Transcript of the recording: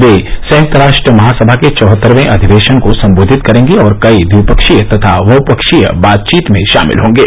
वे संयुक्त राष्ट्र महासभा के चौहत्तरवे अधिवेशन को संबोधित करेंगे और कई द्विपक्षीय तथा बहपक्षीय बातचीत में शामिल हॉगे